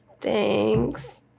Thanks